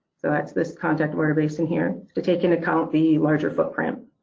so that's this contact we're basing here to take in account the larger footprint.